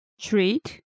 Treat